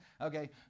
Okay